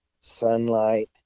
sunlight